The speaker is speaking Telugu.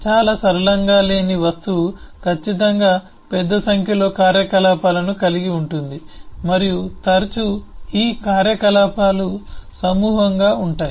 చాలా సరళంగా లేని వస్తువు ఖచ్చితంగా పెద్ద సంఖ్యలో కార్యకలాపాలను కలిగి ఉంటుంది మరియు తరచూ ఈ కార్యకలాపాలు సమూహంగా ఉంటాయి